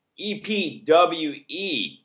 EPWE